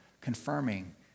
confirming